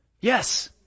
Yes